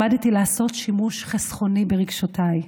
למדתי לעשות שימוש חסכוני ברגשותיי.